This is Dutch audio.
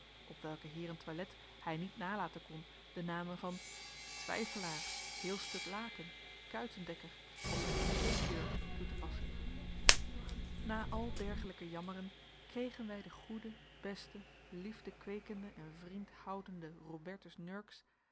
op welker heeren toilet hij niet nalaten kon de namen van twijfelaar heel stuk laken kuitendekker of sleepjurk toe te passen na al dergelijke jammeren kregen wij den goeden besten liefdekweekenden en vriendhoudenden robertus nurks